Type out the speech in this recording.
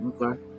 Okay